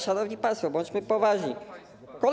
Szanowni państwo, bądźmy poważni.